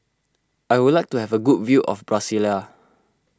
I would like to have a good view of Brasilia